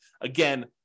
Again